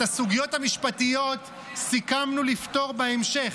את הסוגיות המשפטיות סיכמנו שנפתור בהמשך,